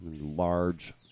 Large